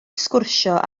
sgwrsio